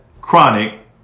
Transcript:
chronic